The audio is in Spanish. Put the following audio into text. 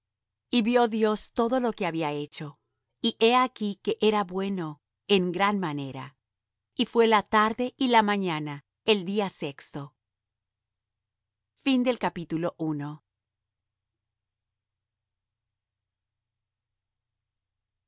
y vió dios todo lo que había hecho y he aquí que era bueno en gran manera y fué la tarde y la mañana el día sexto y